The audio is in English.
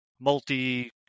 multi